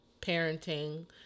parenting